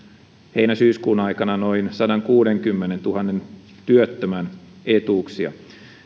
heinä syyskuun aikana noin sadankuudenkymmenentuhannen työttömän etuuksia